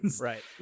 right